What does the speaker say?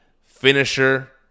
finisher